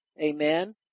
Amen